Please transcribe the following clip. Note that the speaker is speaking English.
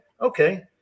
okay